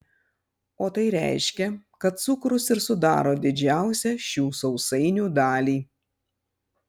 o tai reiškia kad cukrus ir sudaro didžiausią šių sausainių dalį